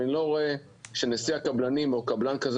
ואני לא רואה שנשיא הקבלנים או קבלן כזה